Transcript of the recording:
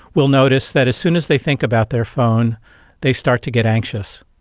will notice that as soon as they think about their phone they start to get anxious,